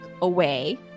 away